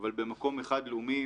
אבל במקום אחד לאומי,